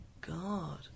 God